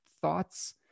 thoughts